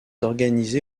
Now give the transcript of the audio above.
organisé